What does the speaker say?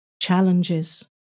Challenges